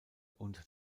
und